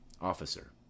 Officer